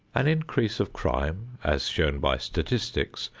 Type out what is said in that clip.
an increase of crime, as shown by statistics,